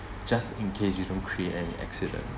just in case you don't create an accident